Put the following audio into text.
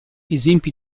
esempi